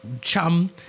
Chum